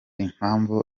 impamvu